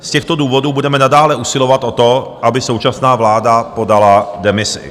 Z těchto důvodů budeme nadále usilovat o to, aby současná vláda podala demisi.